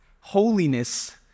holiness